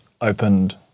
opened